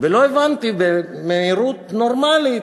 ולא הבנתי, במהירות נורמלית,